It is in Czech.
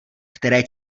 které